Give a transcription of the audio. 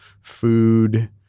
food